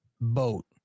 boat